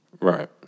Right